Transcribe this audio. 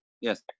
Yes